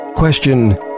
Question